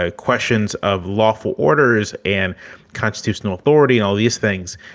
ah questions of lawful orders and constitutional authority, all these things.